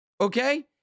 Okay